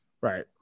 Right